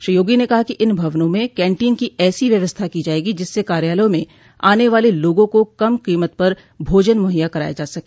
श्री योगी ने कहा कि इन भवनों में कैंटीन की ऐसी व्यवस्था की जायेगी जिससे कार्यालयों में आने वाले लोगों को कम कीमत पर भोजन मुहैया कराया जा सके